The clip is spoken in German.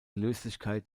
löslichkeit